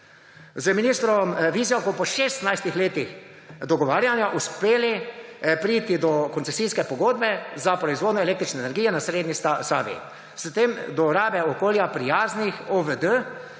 Ministru Vizjaku je po šestnajstih letih dogovarjanja uspelo priti do koncesijske pogodbe za proizvodnjo električne energije na srednji Savi, s tem do rabe okolju prijaznih OVD,